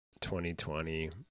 2020